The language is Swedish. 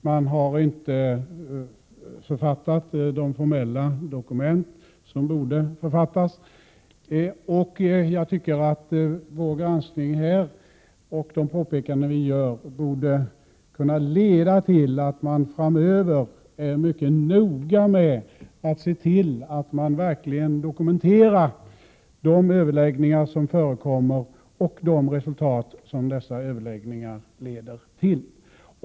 Man har inte författat de formella dokument som man borde ha författat. Jag tycker att vår granskning och de påpekanden vi gör borde kunna leda till att man framöver är mycket noga med att se till att man verkligen dokumenterar de överläggningar som förekommer och de resultat som dessa överläggningar leder fram till.